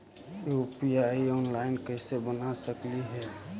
UPI online कैसे बना सकली हे?